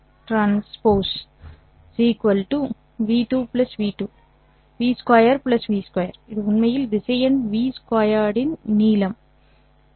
v' v 2 v 2 இது உண்மையில் திசையன் v' 2 இன் நீளம் சரியானதா